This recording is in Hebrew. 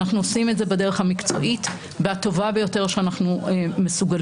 אנחנו עושים את זה בדרך המקצועית והטובה ביותר שאנחנו מסוגלים.